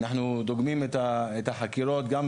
אנחנו דוגמים את החקירות גם